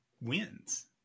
wins